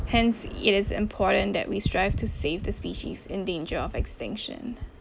hence it is important that we strive to save the species in danger of extinction